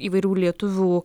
įvairių lietuvių